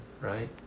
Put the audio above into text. right